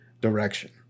direction